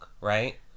right